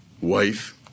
wife